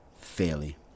fairly